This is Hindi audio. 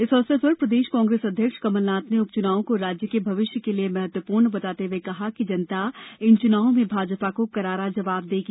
इस अवसर पर प्रदेश कांग्रेस अध्यक्ष कमलनाथ ने उपचुनावों को राज्य के भविष्य के लिए महत्वपूर्ण बताते हए कहा कि जनता इन चुनावों में भाजपा को करारा जवाब देगी